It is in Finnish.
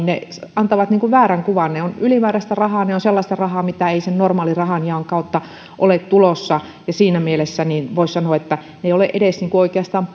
antavat väärän kuvan ne ovat ylimääräistä rahaa ne ovat sellaista rahaa mitä ei sen normaalin rahanjaon kautta ole tulossa siinä mielessä voisi sanoa että ne eivät ole oikeastaan